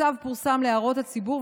הצו פורסם להערות הציבור,